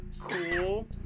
cool